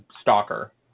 stalker